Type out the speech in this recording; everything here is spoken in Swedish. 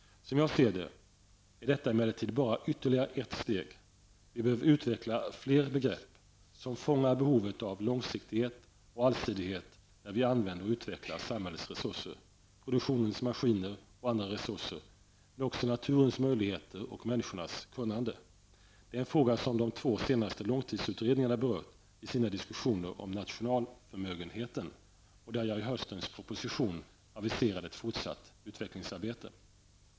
Som jag ser det är detta emellertid bara ytterligare ett steg. Vi behöver utveckla fler begrepp som fångar behovet av långsiktighet och allsidighet när vi använder och utvecklar samhällets resurser -- produktionens maskiner och andra rsurser men också naturens möjligheter och människornas kunnande. Det är en fråga som de två senaste långtidsutredningarna berört i sina diskussioner om nationalförmögenheten, där jag i höstens proposition aviserade ett fortsatt utvecklingsarbete.